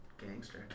gangster